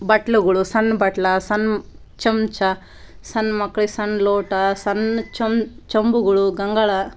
ಬಟ್ಲುಗಳು ಸಣ್ಣ ಬಟ್ಲು ಸಣ್ಣ ಚಮಚ ಸಣ್ಣ ಮಕ್ಳಿಗೆ ಸಣ್ಣ ಲೋಟ ಸಣ್ಣ ಚಮ್ ಚಂಬುಗಳು ಗಂಗಾಳ